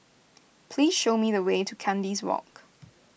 please show me the way to Kandis Walk